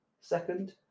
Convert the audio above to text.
Second